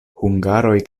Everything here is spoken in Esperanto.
hungaroj